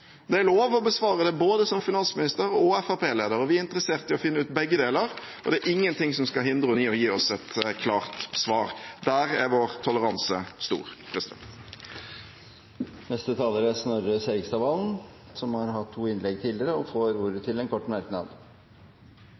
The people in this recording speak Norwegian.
Det er lov å besvare det både som finansminister og som Fremskrittsparti-leder. Vi er interessert i å finne ut begge deler, og det er ingenting som skal hindre henne i å gi oss et klart svar. Der er vår toleranse stor. Representanten Snorre Serigstad Valen har hatt ordet to ganger tidligere og får ordet til en kort merknad,